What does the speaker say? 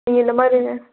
நீங்கள் இந்தமாதிரி